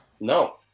No